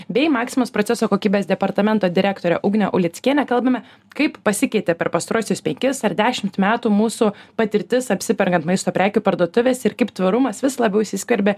bei maksimos proceso kokybės departamento direktorė ugnė ulickiene kalbame kaip pasikeitė per pastaruosius penkis ar dešimt metų mūsų patirtis apsiperkant maisto prekių parduotuvės ir kaip tvarumas vis labiau įsiskverbia